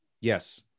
Yes